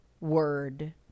word